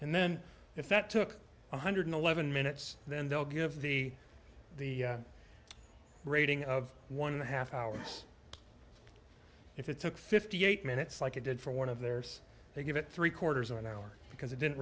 and then if that took one hundred eleven minutes then they'll give the the rating of one and a half hours if it took fifty eight minutes like it did for one of theirs they give it three quarters of an hour because it didn't